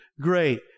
great